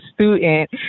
student